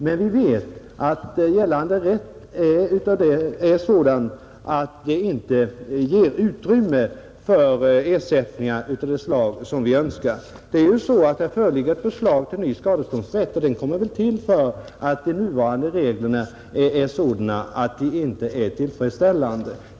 Men vi vet att gällande rätt inte ger utrymme för ersättningar av det slag som vi önskar, Det föreligger förslag till ny skadeståndsrätt, och det har väl tillkommit för att de nuvarande reglerna inte är tillfredsställande.